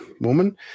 woman